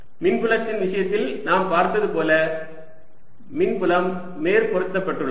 மின்புலத்தின் விஷயத்தில் நாம் பார்த்தது போல மின்புலம் மேற்பொருத்தப்பட்டுள்ளது